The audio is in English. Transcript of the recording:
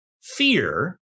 Fear